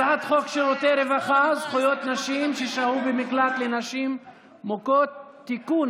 הצעת חוק שירותי רווחה (זכויות נשים ששהו במקלט לנשים מוכות) (תיקון,